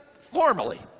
formally